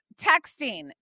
texting